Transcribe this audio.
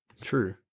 True